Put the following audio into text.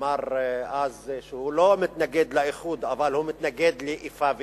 אמר אז שהוא לא מתנגד לאיחוד אבל הוא מתנגד לאיפה ואיפה,